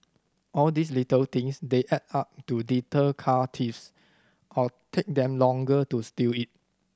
all these little things they add up to deter car thieves or take them longer to steal it